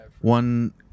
one